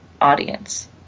audience